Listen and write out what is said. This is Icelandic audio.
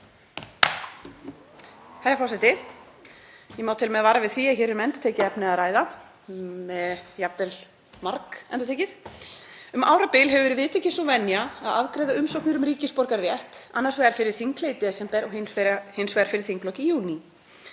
Herra forseti. Ég má til með að vara við því að hér er um endurtekið efni að ræða, jafnvel margendurtekið. Um árabil hefur verið viðtekin venja að afgreiða umsóknir um ríkisborgararétt, annars vegar fyrir þinghlé í desember og hins vegar fyrir þinglok í júní.